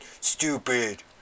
stupid